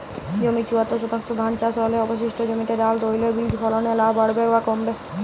জমির চুয়াত্তর শতাংশে ধান চাষ হলে অবশিষ্ট জমিতে ডাল তৈল বীজ ফলনে লাভ বাড়বে না কমবে?